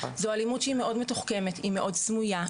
זו אלימות שהיא מאוד מתוחכמת, היא מאוד סמויה.